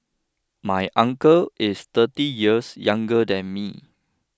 my uncle is thirty years younger than me